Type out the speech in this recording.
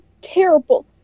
terrible